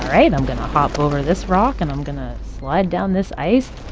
right, i'm going to hop over this rock. and i'm going to slide down this ice